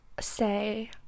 say